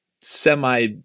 semi